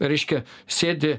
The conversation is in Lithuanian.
reiškia sėdi